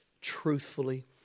truthfully